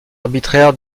arbitraire